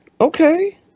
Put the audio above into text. Okay